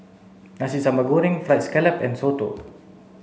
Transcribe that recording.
Nasi Sambal Goreng fried scallop and Soto